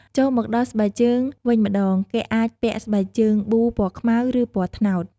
ចូលមកដល់ស្បែកជើងវិញម្ដង គេអាចពាក់ស្បែកជើងប៊ូពណ៌ខ្មៅ ឬ ពណ៌ត្នោត។